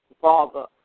Father